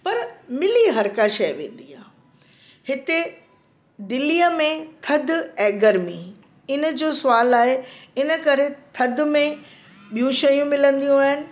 पर मिली हर का शइ वेंदी आहे हिते दिल्लीअ में थदि ऐं गर्मी इनजो सुवाल आहे इन करे थदि में ॿियूं शयूं मिलंदियूं आहिनि